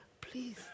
Please